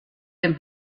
dem